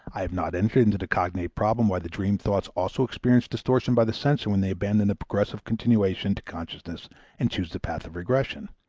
i have not entered into the cognate problem why the dream thoughts also experience distortion by the censor when they abandon the progressive continuation to consciousness and choose the path of regression.